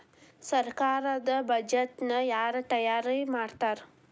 ಸರ್ಕಾರದ್ ಬಡ್ಜೆಟ್ ನ ಯಾರ್ ತಯಾರಿ ಮಾಡ್ತಾರ್?